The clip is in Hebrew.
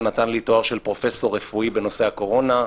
נתן לי תואר של פרופ' רפואי בנושא הקורונה,